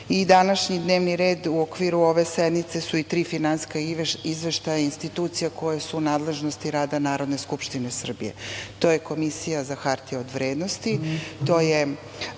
Današnji dnevni red u okviru ove sednice su i tri finansijska izveštaja institucija koje su u nadležnosti rada Narodne skupštine Srbije, to je Komisija za hartije od vrednosti,